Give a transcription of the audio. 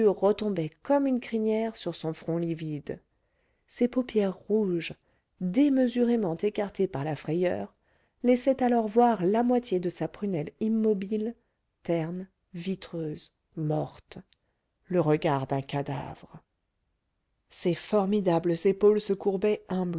retombait comme une crinière sur son front livide ses paupières rouges démesurément écartées par la frayeur laissaient alors voir la moitié de sa prunelle immobile terne vitreuse morte le regard d'un cadavre ses formidables épaules se